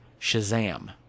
Shazam